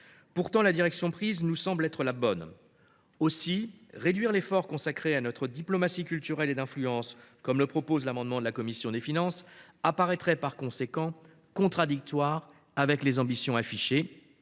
Pourtant, la direction prise nous semble la bonne. Aussi, une réduction de l’effort consacré à notre diplomatie culturelle et d’influence, telle que le prévoit l’amendement de la commission des finances, apparaîtrait contradictoire avec les ambitions affichées